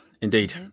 Indeed